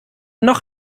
noch